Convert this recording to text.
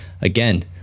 again